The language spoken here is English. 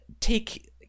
take